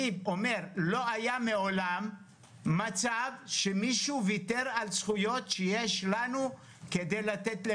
לא היה מעולם מצב שמישהו ויתר על זכויות שיש לנו כדי לתת למישהו.